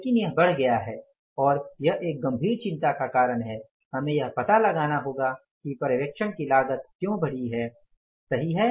लेकिन यह बढ़ गया है और यह एक गंभीर चिंता का कारण है हमें यह पता लगाना होगा कि पर्यवेक्षण की लागत क्यों बढ़ी है सही है